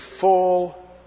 full